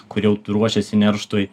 kur jau ruošiasi nerštui